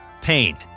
pain